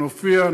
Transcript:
נופיע.